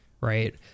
right